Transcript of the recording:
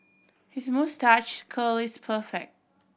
his moustache curl is perfect